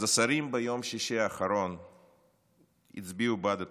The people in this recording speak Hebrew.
אז ביום שישי האחרון השרים הצביעו בעד התקציב.